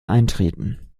eintreten